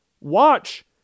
watch